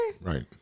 Right